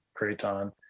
craton